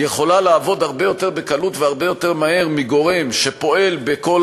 יכולה לעבוד הרבה יותר בקלות והרבה יותר מהר מגורם שפועל בכל